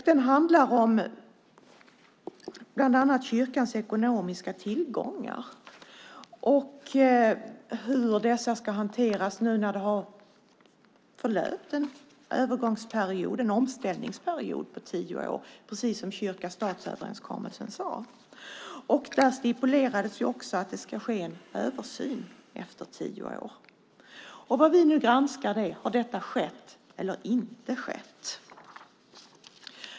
Den handlar bland annat om kyrkans ekonomiska tillgångar och hur dessa ska hanteras nu när omställningsperioden på tio år har förlöpt, såsom det sades i kyrka-stat-överenskommelsen. Där stipulerades nämligen att det skulle ske en översyn efter tio år. Det vi nu granskar är om det skett eller inte.